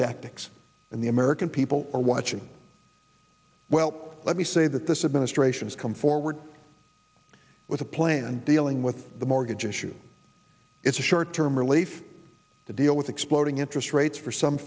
tactics and the american people are watching well let me say that this administration has come forward with a plan dealing with the mortgage issue it's a short term relief to deal with exploding interest rates for some